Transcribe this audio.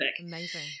Amazing